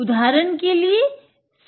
उदाहरन के लिए 60 सेकंड्स